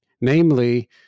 Namely